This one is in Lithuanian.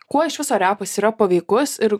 kuo iš viso repas yra paveikus ir